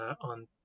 on